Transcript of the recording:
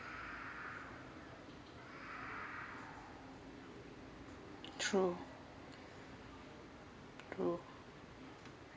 true true